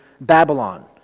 Babylon